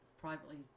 privately